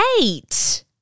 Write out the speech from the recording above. eight